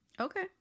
okay